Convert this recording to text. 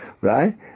Right